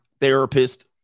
therapist